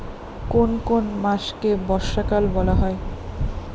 কোন কোন মাসকে বর্ষাকাল বলা হয়?